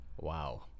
wow